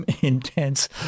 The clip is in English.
intense